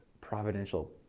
providential